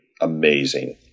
amazing